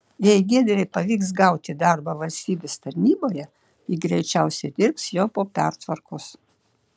jei giedrei pavyks gauti darbą valstybės tarnyboje ji greičiausiai dirbs jau po pertvarkos